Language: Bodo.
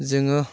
जोङो